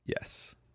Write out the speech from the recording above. Yes